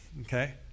Okay